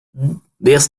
this